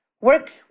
Work